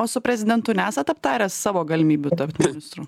o su prezidentu nesat aptaręs savo galimybių tapt ministru